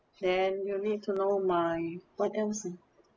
then you need to know my what else ah